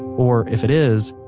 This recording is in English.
or if it is,